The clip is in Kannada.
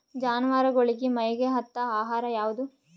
ಜಾನವಾರಗೊಳಿಗಿ ಮೈಗ್ ಹತ್ತ ಆಹಾರ ಯಾವುದು?